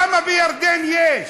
למה בירדן יש?